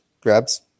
grabs